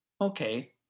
okay